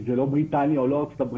כי זה לא בריטניה ולא ארה"ב,